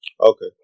okay